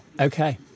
Okay